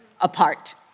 apart